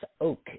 Oak